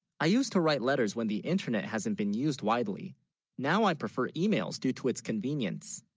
i used to write letters when the internet hasn't been used widely now i prefer emails due to its convenience